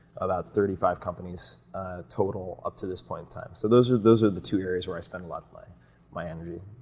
about thirty five companies total up to this point in time. so those are those are the two areas where i spend a lot of my my energy.